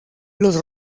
los